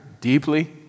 deeply